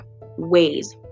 ways